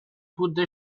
wurde